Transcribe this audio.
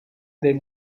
they